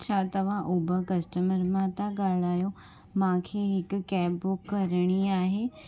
छा तव्हां Uber customer मां था ॻाल्हायो मूंखे हिकु कैब बुक करिणी आहे